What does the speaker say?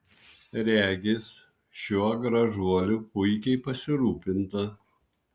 regis šiuo gražuoliu puikiai pasirūpinta